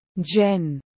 Jen